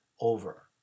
over